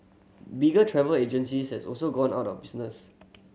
bigger travel agencies has also gone out of business